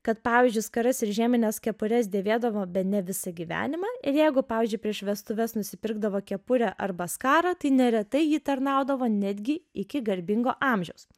kad pavyzdžiui skaras ir žiemines kepures dėvėdavo bene visą gyvenimą ir jeigu pavyzdžiui prieš vestuves nusipirkdavo kepurę arba skarą tai neretai ji tarnaudavo netgi iki garbingo amžiaus